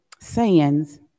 sayings